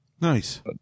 Nice